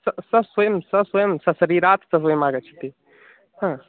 सा सा स्वयं सा स्वयं सा शरीरात् स्वयम् आगच्छति हा